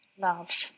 love